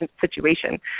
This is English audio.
situation